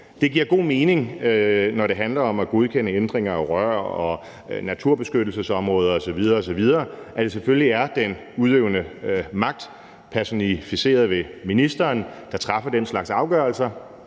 Det giver god mening, når det handler om at godkende ændringer af rør og naturbeskyttelsesområder osv. osv., at det selvfølgelig er den udøvende magt, personificeret ved ministeren, der træffer den slags afgørelser.